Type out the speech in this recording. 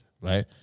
right